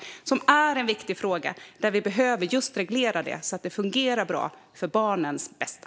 Detta är en viktig fråga. Det här behöver regleras så att det fungerar bra - för barnens bästa.